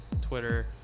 Twitter